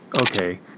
okay